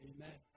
Amen